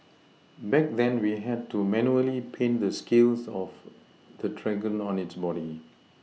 back then we had to manually paint the scales of the dragon on its body